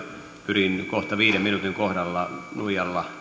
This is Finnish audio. pyrin kohta viiden minuutin kohdalla nuijalla